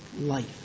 life